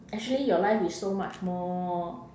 actually your life is so much more